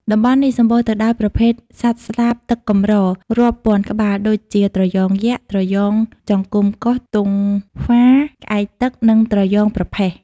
តំបន់នេះសម្បូរទៅដោយប្រភេទសត្វស្លាបទឹកកម្រ រាប់ពាន់ក្បាល ដូចជា ត្រយងយក្ស ត្រយងចង្កំកស ទង់ហ្វារ ក្អែកទឹក និងត្រយ៉ងប្រផេះ។